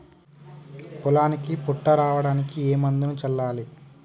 పొలానికి పొట్ట రావడానికి ఏ మందును చల్లాలి?